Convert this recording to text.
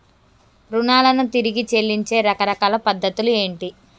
రుణాలను తిరిగి చెల్లించే రకరకాల పద్ధతులు ఏంటి?